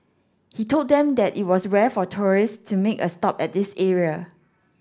he told them that it was rare for tourists to make a stop at this area